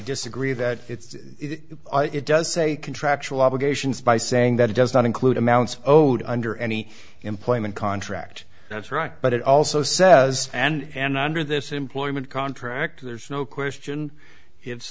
disagree that it's it does say contractual obligations by saying that it does not include amounts owed under any employment contract that's right but it also says and under this employment contract there's no question it's